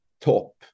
top